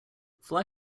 fly